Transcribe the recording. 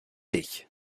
dich